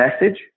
message